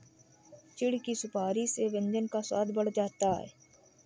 चिढ़ की सुपारी से व्यंजन का स्वाद बढ़ जाता है